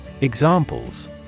Examples